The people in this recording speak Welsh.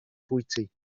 bwyty